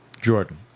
Jordan